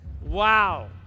Wow